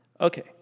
Okay